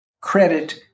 credit